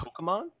Pokemon